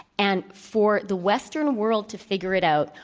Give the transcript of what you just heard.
and for the western world to figure it out,